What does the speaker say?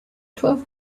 twelve